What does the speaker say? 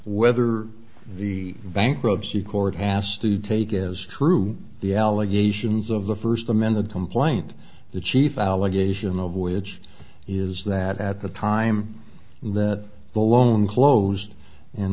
whether the bankruptcy court asked to take as true the allegations of the first amended complaint the chief allegation of which is that at the time that the loan closed